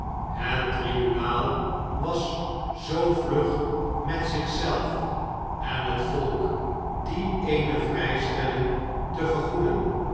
het tribunaal was zoo vlug met zich zelf en het volk die eene vrijstelling te vergoeden